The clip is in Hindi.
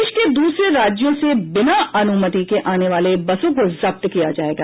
देश के दूसरे राज्यों से बिना अनुमति के आने वाली बसों को जब्त किया जायेगा